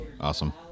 Awesome